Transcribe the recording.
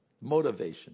motivation